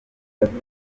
gatanu